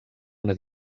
una